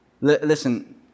Listen